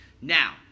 Now